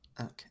okay